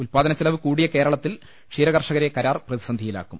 ഉൽപാദന ചെലവ് കൂടിയ കേരളത്തിൽ ക്ഷീരകർഷകരെ കരാർ പ്രതിസന്ധിയിലാക്കും